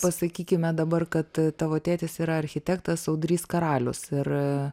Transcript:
pasakykime dabar kad tavo tėtis yra architektas audrys karalius ir